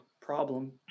problem